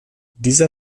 dieser